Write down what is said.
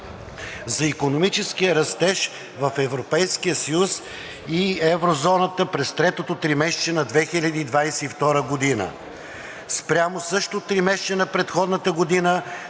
за икономическия растеж в Европейския съюз и еврозоната през третото тримесечие на 2022 г. Спрямо същото тримесечие на предходната година